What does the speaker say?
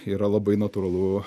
yra labai natūralu